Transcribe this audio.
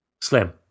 Slim